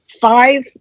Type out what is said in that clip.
five